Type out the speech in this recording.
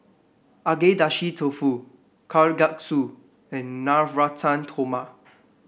Agedashi Dofu Kalguksu and Navratan Korma